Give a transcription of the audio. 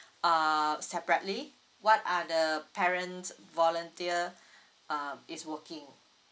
uh separately what are the parents volunteer uh is working